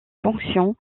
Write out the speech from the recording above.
fonction